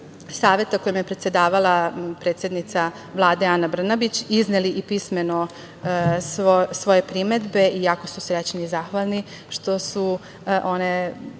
saveta, kojima je predsedavala predsednica Vlade Ana Brnabić, izneli pismeno svoje primedbe i jako su srećni i zahvalni što su one